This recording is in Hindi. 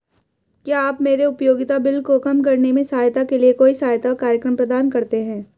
क्या आप मेरे उपयोगिता बिल को कम करने में सहायता के लिए कोई सहायता कार्यक्रम प्रदान करते हैं?